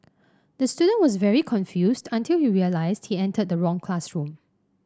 the student was very confused until he realised he entered the wrong classroom